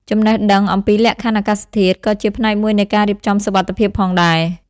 ចំណេះដឹង អំពីលក្ខខណ្ឌអាកាសធាតុ ក៏ជាផ្នែកមួយនៃការរៀបចំសុវត្ថិភាពផងដែរ។